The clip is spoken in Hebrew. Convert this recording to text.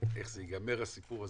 איך זה ייגמר הסיפור הזה,